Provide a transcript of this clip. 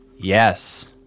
Yes